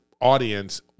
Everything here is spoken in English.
audience